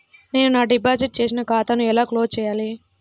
నేను నా డిపాజిట్ చేసిన ఖాతాను ఎలా క్లోజ్ చేయాలి?